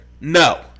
No